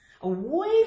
away